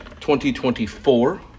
2024